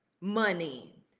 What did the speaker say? money